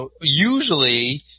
usually –